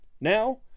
Now